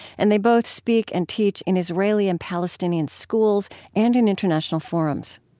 and they both speak and teach in israeli and palestinian schools and in international forums